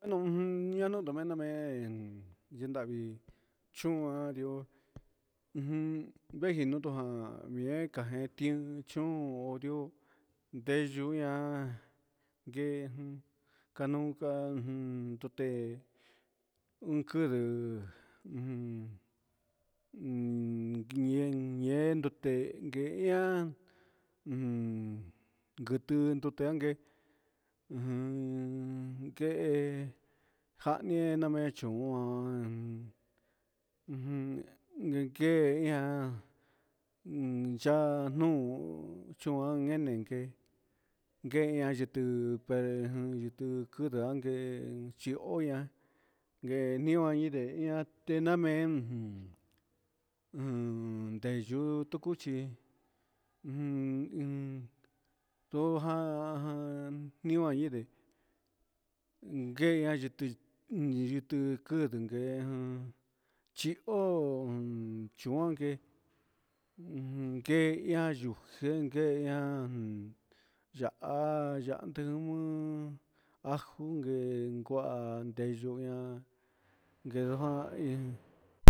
Ñujun nameno mena me'en yidavii chuario ujun vee jinutu an vii akichiondo ha jan ndeyuña ngue kanku jujan kunte uun kuduu, ujun ñe ñen nduté ndeke ihán, ujun ndutanke ujun ngue ngani ñame'e chón nguan ujun, nguenke ián un ya'á nuu choan enenké yeña yutuu pue yutuu kudu'á ngue chi oña'a ngue nió tena'a teñamen jan ndeyuu tukuchí ujun tun tonjan, ni'ó añindee un ngueña yutuu, yutuu kudun ngué an chi'ó un chunke ujun ke'e ihó chenken ihán ya'á ya'ádemu ajo en kuaqn xhendo ña'a jekuan iin.